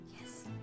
yes